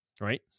right